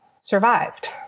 survived